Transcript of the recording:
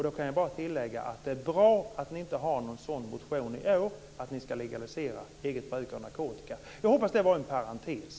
Då kan jag bara tillägga att det är bra att ni inte har någon sådan motion i år att man ska legalisera eget bruk av narkotika. Jag hoppas att det var en parentes.